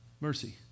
Mercy